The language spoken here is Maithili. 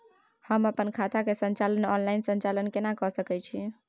हम अपन खाता के ऑनलाइन संचालन केना के सकै छी?